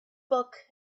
book